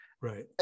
Right